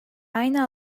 aynı